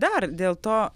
dar dėl to